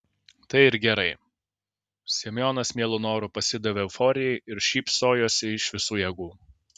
tai ir gerai semionas mielu noru pasidavė euforijai ir šypsojosi iš visų jėgų